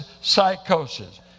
psychosis